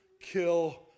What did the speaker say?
kill